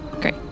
great